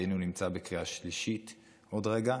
והינה הוא נמצא בקריאה שלישית עוד רגע,